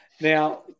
Now